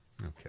Okay